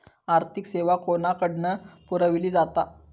आर्थिक सेवा कोणाकडन पुरविली जाता?